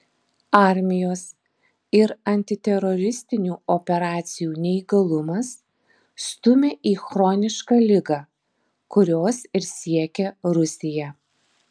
armijos ir antiteroristinių operacijų neįgalumas stumia į chronišką ligą kurios ir siekia rusija